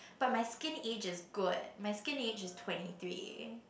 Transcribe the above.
but my skin age is good my skin age is twenty three